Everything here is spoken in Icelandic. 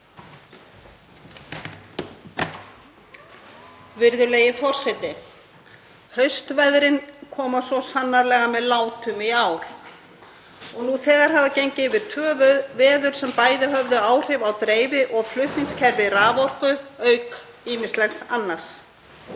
Virðulegi forseti. Haustveðrin koma svo sannarlega með látum í ár og nú þegar hafa gengið yfir tvö veður sem bæði höfðu áhrif á dreifi- og flutningskerfi raforku auk ýmislegs annars.